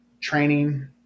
training